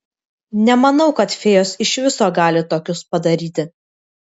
nemanau kad fėjos iš viso gali tokius padaryti